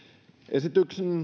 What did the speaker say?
esityksen